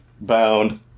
bound